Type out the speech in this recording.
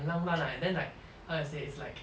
浪漫 right then like how to say is like